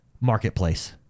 marketplace